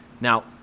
Now